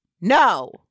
No